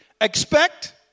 Expect